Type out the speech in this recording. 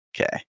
Okay